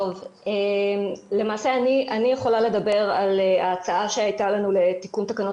אני יכולה לדבר על ההצעה שהייתה לנו לתיקון תקנות